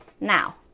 now